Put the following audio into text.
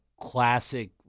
classic